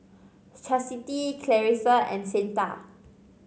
Chasity Clarissa and Cyntha